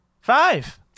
Five